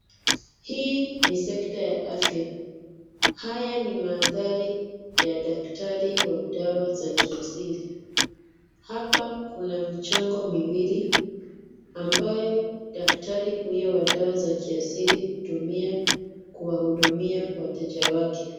Hii ni sekta ya afya. Haya ni mandhari ya daktari wa dawa za kiasili. Hapa kuna michongo miwili ambayo daktari huyo wa dawa za kiasili hutumia kuwahudumia wateja wake.